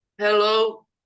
Hello